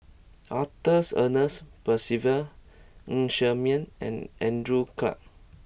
Arthur Ernest Percival Ng Ser Miang and Andrew Clarke